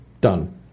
done